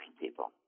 people